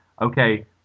okay